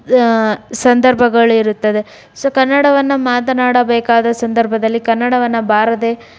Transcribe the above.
ಸಂದರ್ಭಗಳು ಇರುತ್ತದೆ ಸೊ ಕನ್ನಡವನ್ನು ಮಾತನಾಡಬೇಕಾದ ಸಂದರ್ಭದಲ್ಲಿ ಕನ್ನಡವನ್ನು ಬಾರದೇ